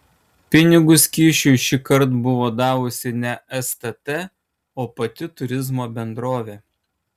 pinigus kyšiui šįkart buvo davusi ne stt o pati turizmo bendrovė